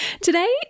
Today